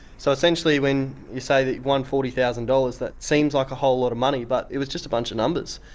so essentially when you say that you've won forty thousand dollars, it seems like a whole lot of money but it was just a bunch of numbers.